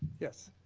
yes?